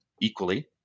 equally